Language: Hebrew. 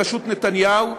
בראשות נתניהו,